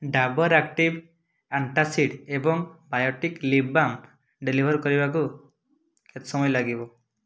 Dabur active antacid ଏବଂ Biotique lip balm deliver କରିବାକୁ କେତେ ସମୟ ଲାଗିବ